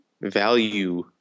value